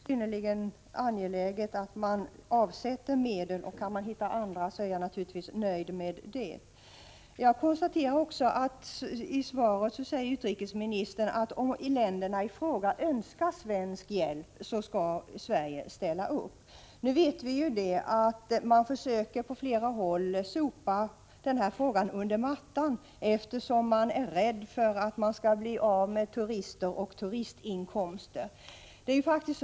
Herr talman! Jag tackar för det beskedet och vill säga att det är synnerligen angeläget att man avsätter medel. Kan man hitta andra medel är jag naturligtvis nöjd med det. Jag konstaterar också att i svaret säger utrikesministern att om länderna i fråga önskar svensk hjälp skall Sverige ställa upp. Vi vet ju att man på flera håll försöker sopa den här frågan under mattan, eftersom man är rädd för att bli av med turister och alltså förlora inkomster från turismen.